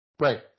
Right